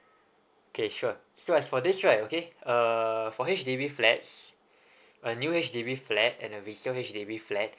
okay sure so as for this right okay uh for H_D_B flat a new H_D_B flat and a resale H_D_B flat